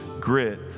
grit